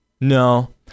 No